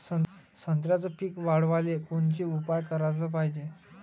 संत्र्याचं पीक वाढवाले कोनचे उपाव कराच पायजे?